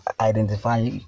identify